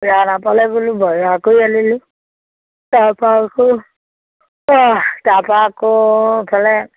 ৰাওনাপালে গ'লোঁ বজাৰ কৰি আনিলোঁ তাৰপা আকৌ তাৰপা আকৌ ইফালে